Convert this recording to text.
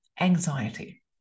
anxiety